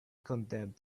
condemned